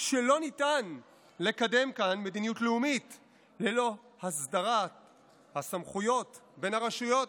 שלא ניתן לקדם כאן מדיניות לאומית ללא הסדרת הסמכויות בין הרשויות.